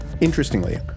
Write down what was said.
interestingly